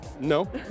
No